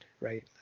right